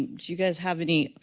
you guys have any,